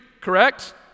Correct